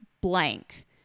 blank